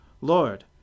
Lord